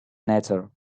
nature